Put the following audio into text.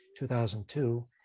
2002